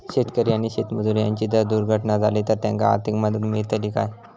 शेतकरी आणि शेतमजूर यांची जर दुर्घटना झाली तर त्यांका आर्थिक मदत मिळतली काय?